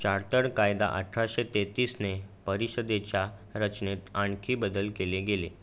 चारतड कायदा अठराशे तेहतीसने परिषदेच्या रचनेत आणखी बदल केले गेले